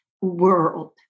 world